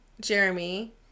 Jeremy